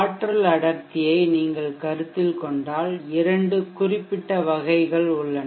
ஆற்றல் அடர்த்தியை நீங்கள் கருத்தில் கொண்டால் இரண்டு குறிப்பிட்ட வகைகள் உள்ளன